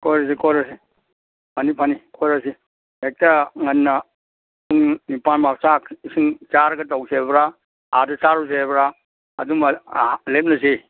ꯀꯣꯏꯔꯨꯁꯤ ꯀꯣꯏꯔꯨꯁꯤ ꯐꯅꯤ ꯐꯅꯤ ꯀꯣꯏꯔꯁꯤ ꯍꯦꯛꯇ ꯉꯟꯅ ꯄꯨꯡ ꯅꯤꯄꯥꯟ ꯆꯥꯛ ꯏꯁꯤꯡ ꯆꯥꯔꯒ ꯇꯧꯁꯦꯕ꯭ꯔꯥ ꯑꯥꯗ ꯆꯥꯔꯨꯁꯦꯕ꯭ꯔꯥ ꯑꯗꯨꯃ ꯑꯥ ꯂꯦꯞꯅꯁꯤ